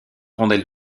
rondelle